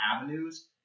avenues